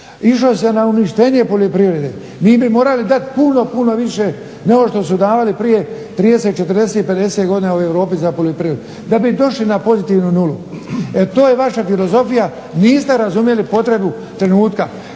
Išlo se na uništenje poljoprivrede, mi bi morali dati puno, puno više nego što su davali prije 30, 40 i 50 godina u Europi za poljoprivredu da bi došli na pozitivnu nulu. To je vaša filozofija, niste razumjeli potrebu trenutka.